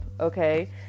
okay